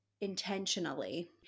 intentionally